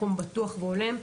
מקום בטוח והולם,